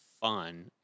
fun